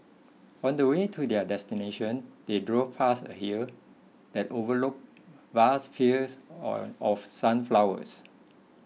on the way to their destination they drove past a hill that overlooked vast fields or of sunflowers